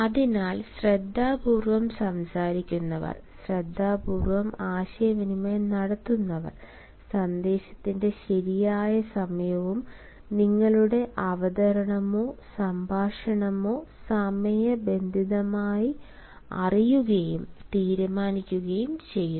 അതിനാൽ ശ്രദ്ധാപൂർവ്വം സംസാരിക്കുന്നവർ ശ്രദ്ധാപൂർവ്വം ആശയവിനിമയം നടത്തുന്നവർ സന്ദേശത്തിന്റെ ശരിയായ സമയവും നിങ്ങളുടെ അവതരണമോ സംഭാഷണമോ സമയബന്ധിതമായി അറിയുകയും തീരുമാനിക്കുകയും ചെയ്യുന്നു